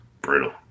brutal